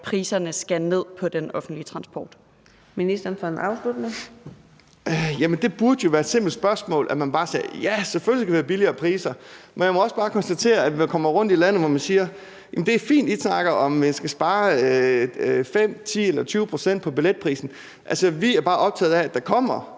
Transportministeren (Thomas Danielsen): Det burde jo være et simpelt spørgsmål, hvor man bare sagde: Ja, selvfølgelig skal der være billigere priser. Men jeg må også bare konstatere, at når jeg kommer rundt i landet, siger man: Det er fint, at I snakker om, at I skal spare 5, 10 eller 20 pct. på billetprisen, men altså, vi er bare optaget af, at der kommer